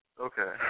Okay